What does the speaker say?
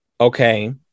okay